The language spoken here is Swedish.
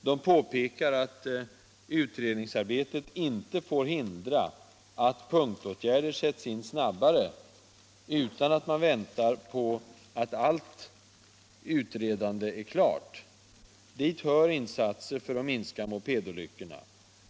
De påpekar att utredningsarbetet inte får hindra att punktåtgärder sätts in snabbare utan att man väntar på att hela utredningen är klar. Dit hör insatser för att minska mopedolyckorna.